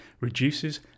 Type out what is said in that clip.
reduces